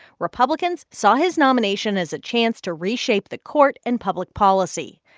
republicans saw his nomination as a chance to reshape the court and public policy.